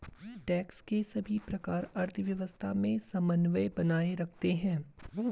tax के सभी प्रकार अर्थव्यवस्था में समन्वय बनाए रखते हैं